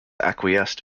acquiesced